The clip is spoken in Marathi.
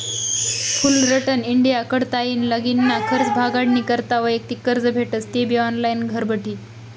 फुलरटन इंडिया कडताईन लगीनना खर्च भागाडानी करता वैयक्तिक कर्ज भेटस तेबी ऑनलाईन घरबठी